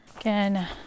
Again